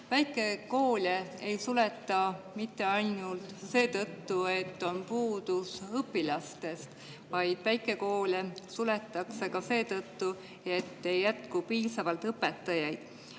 Väikekoole ei suleta mitte ainult seetõttu, et on puudus õpilastest, vaid väikekoole suletakse ka seetõttu, et ei jätku piisavalt õpetajaid.